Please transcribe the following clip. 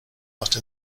not